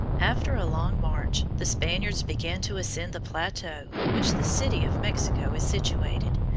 after a long march, the spaniards began to ascend the plateau on which the city of mexico is situated,